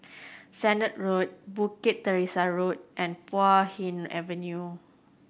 Sennett Road Bukit Teresa Road and Puay Hee Avenue